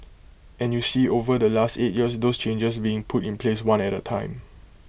and you see over the last eight years those changes being put in place one at A time